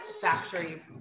factory